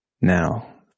Now